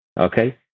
okay